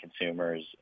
consumers